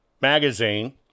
magazine